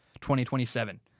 2027